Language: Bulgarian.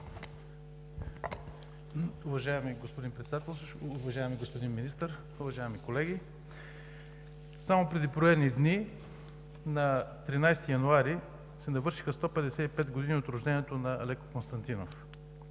Уважаеми господин Председателстващ, уважаеми господин Министър, уважаеми колеги! Само преди броени дни – на 13 януари, се навършиха 155 години от рождението на Алеко Константинов.